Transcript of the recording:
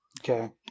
Okay